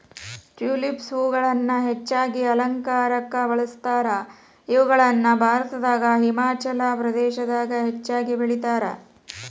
tulips ಹೂಗಳನ್ನ ಹೆಚ್ಚಾಗಿ ಅಲಂಕಾರಕ್ಕ ಬಳಸ್ತಾರ, ಇವುಗಳನ್ನ ಭಾರತದಾಗ ಹಿಮಾಚಲ ಪ್ರದೇಶದಾಗ ಹೆಚ್ಚಾಗಿ ಬೆಳೇತಾರ